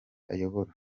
ayobora